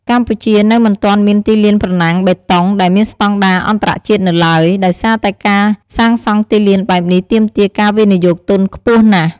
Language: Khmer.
កម្ពុជានៅមិនទាន់មានទីលានប្រណាំងបេតុង ដែលមានស្តង់ដារអន្តរជាតិនៅឡើយ ដោយសារតែការសាងសង់ទីលានបែបនេះទាមទារការវិនិយោគទុនខ្ពស់ណាស់។